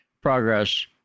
progress